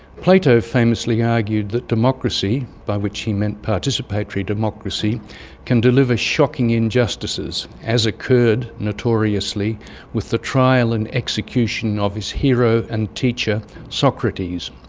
plato famously argued that democracy by which he meant participatory democracy can deliver shocking injustices, as occurred notoriously with the trial and execution of his hero and teacher socrates.